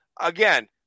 Again